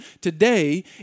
Today